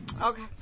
Okay